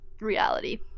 reality